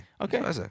Okay